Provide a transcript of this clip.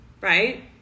right